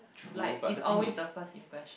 like is always the first impression